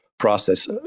process